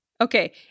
Okay